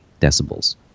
decibels